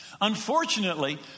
Unfortunately